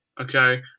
okay